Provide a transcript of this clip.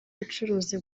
bucuruzi